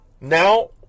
Now